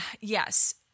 Yes